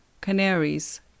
Canaries